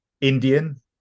Indian